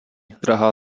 drahá